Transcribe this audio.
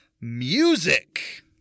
music